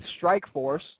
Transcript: Strikeforce